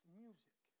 music